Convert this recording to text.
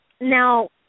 Now